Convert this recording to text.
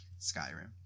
Skyrim